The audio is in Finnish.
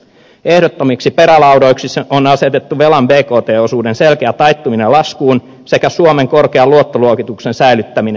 ehdottomiksi perälaudoiksi on asetettu velan bkt osuuden selkeä taittuminen laskuun sekä suomen korkean luottoluokituksen säilyttäminen